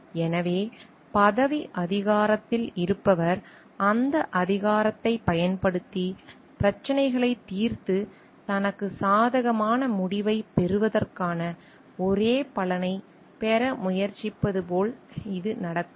எனவே பதவி அதிகாரத்தில் இருப்பவர் அந்த அதிகாரத்தைப் பயன்படுத்தி பிரச்சினைகளைத் தீர்த்து தனக்குச் சாதகமான முடிவைப் பெறுவதற்கான ஒரே பலனைப் பெற முயற்சிப்பது போல் இது நடக்காது